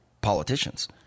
politicians